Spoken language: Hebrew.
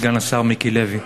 סגן השר מיקי לוי: